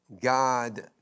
God